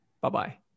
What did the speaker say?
Bye-bye